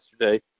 yesterday